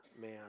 man